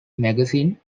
magazine